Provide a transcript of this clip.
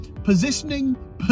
positioning